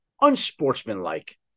unsportsmanlike